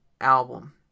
album